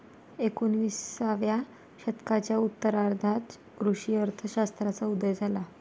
एकोणिसाव्या शतकाच्या उत्तरार्धात कृषी अर्थ शास्त्राचा उदय झाला